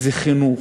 זה חינוך,